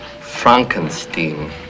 frankenstein